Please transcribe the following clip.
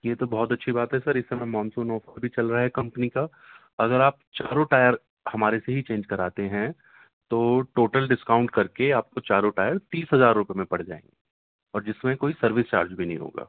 یہ تو بہت اچھی بات ہے سر اس سمے مونسون آفر بھی چل رہا ہے کمپنی کا اگر آپ چاروں ٹائر ہمارے سے ہی چینج کراتے ہیں تو ٹوٹل ڈسکاؤنٹ کر کے آپ کو چاروں ٹائر تیس ہزار روپے میں پڑ جائیں گے اور جس میں کوئی سروس چارج بھی نہیں ہوگا